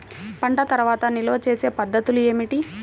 పంట తర్వాత నిల్వ చేసే పద్ధతులు ఏమిటి?